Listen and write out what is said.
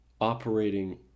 operating